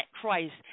Christ